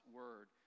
word